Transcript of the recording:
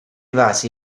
vasi